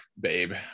babe